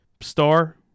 star